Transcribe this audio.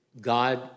God